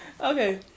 Okay